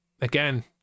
again